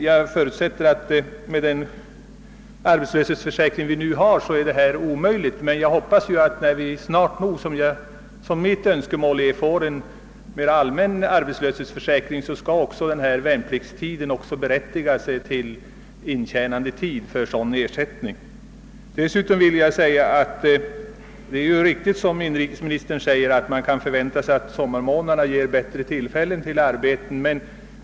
Jag förutsätter att detta med den arbetslöshetsförsäkring vi nu har är omöjligt, men jag hoppas att när vi — snart nog är mitt önskemål — får en mera allmän arbetslöshetsförsäkring skall också värnpliktstiden räknas som intjänandetid för sådan försäkring. Inrikesministern har säkert rätt i att man kan förvänta sig att sommarmånaderna ger flera tillfällen till arbete.